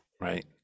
right